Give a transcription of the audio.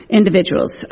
individuals